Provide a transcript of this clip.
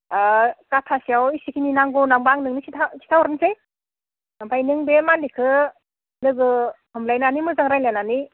गाथासेयाव एसेखिनि नांगौ होनना बुंब्ला आं नोंनो खिथा खिथाहरनोसै ओमफाय नों बे मालिखखो लोगो हमलायनानै मोजां रायज्लानानै